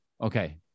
Okay